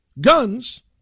Guns